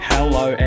Hello